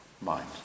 mind